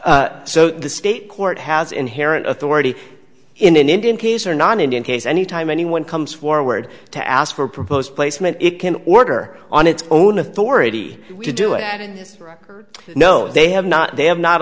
so the state court has inherent authority in an indian peace or non indian case any time anyone comes forward to ask for proposed placement it can order on its own authority to do it and no they have not they have not